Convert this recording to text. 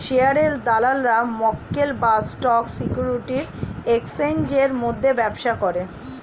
শেয়ারের দালালরা মক্কেল বা স্টক সিকিউরিটির এক্সচেঞ্জের মধ্যে ব্যবসা করে